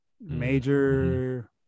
Major